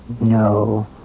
No